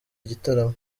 igitaramo